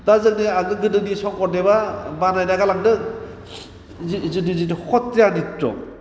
दा जोंनि आगोल गोदोनि शंकरदेबआ बानायना गालांदों जोंनि जिथु कट जानित्र